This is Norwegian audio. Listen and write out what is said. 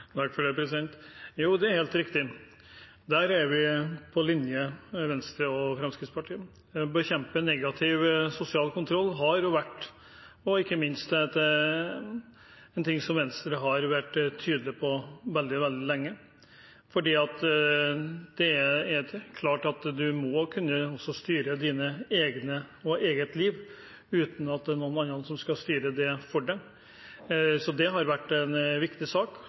Det er helt riktig, der er Venstre og Fremskrittspartiet på linje. Å bekjempe negativ sosial kontroll har vært og er en ting som Venstre har vært tydelig på veldig lenge. Det er klart at en må kunne styre sitt eget liv uten at noen andre skal styre det for en. Det har vært en viktig sak